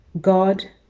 God